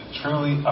truly